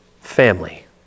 family